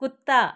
कुत्ता